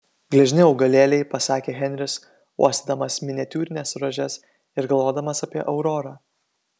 gležni augalėliai pasakė henris uostydamas miniatiūrines rožes ir galvodamas apie aurorą